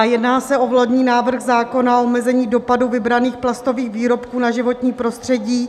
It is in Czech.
Jedná se o vládní návrh zákona omezení dopadu vybraných plastových výrobků na životní prostředí.